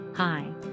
Hi